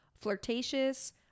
flirtatious